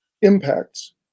Impacts